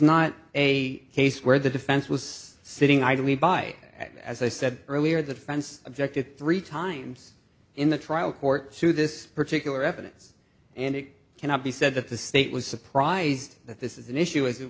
not a case where the defense was sitting idly by as i said earlier the defense objected three times in the trial court to this particular evidence and it cannot be said that the state was surprised that this is an issue as it